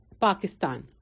Pakistan